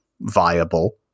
viable